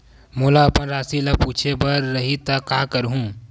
मोला अपन राशि ल पूछे बर रही त का करहूं?